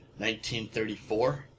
1934